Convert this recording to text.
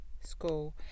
school